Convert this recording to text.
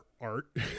art